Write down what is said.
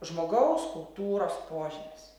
žmogaus kultūros požymis